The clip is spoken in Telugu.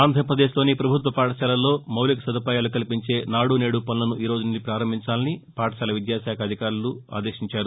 ఆంధ్రప్రదేశ్లోని పభుత్వ పాఠశాలల్లో మౌలిక సదుపాయాలు కల్పించే నాడు నేడు పనులను ఈరోజు నుంచి పారంభించాలని పాఠశాల విద్యాకాఖ అధికారులు ఆదేశించారు